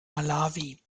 malawi